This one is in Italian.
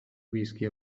whisky